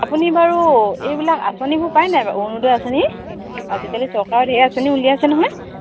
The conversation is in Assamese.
আপুনি বাৰু এইবিলাক আঁচনিবোৰ পায় নাই বাৰু অৰুণোয় আঁচনি আজিকালি চৰকাৰত সেই আঁচনি উলিয়াই আছে নহয়